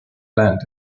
land